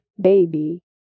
baby